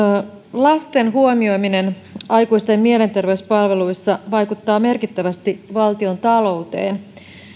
lasten huomioiminen aikuisten mielenterveyspalveluissa vaikuttaa merkittävästi valtiontalouteen